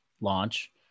launch